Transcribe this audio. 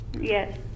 Yes